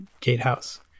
gatehouse